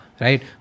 Right